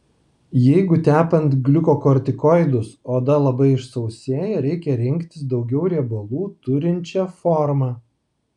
jeigu tepant gliukokortikoidus oda labai išsausėja reikia rinktis daugiau riebalų turinčią formą